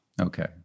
Okay